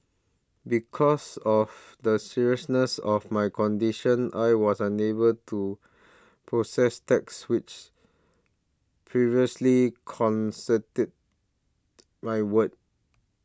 because of the seriousness of my condition I was unable to process text which previously concede my world